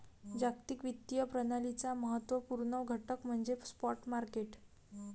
जागतिक वित्तीय प्रणालीचा महत्त्व पूर्ण घटक म्हणजे स्पॉट मार्केट